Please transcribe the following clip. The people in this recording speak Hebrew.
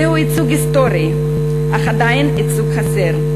זהו ייצוג היסטורי, אך עדיין ייצוג חסר,